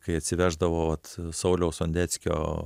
kai atsiveždavau vat sauliaus sondeckio